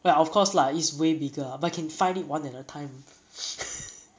like of course lah it's way bigger but you can fight it one at a time